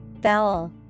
Bowel